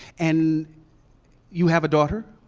and you have a daughter?